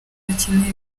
abakene